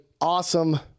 awesome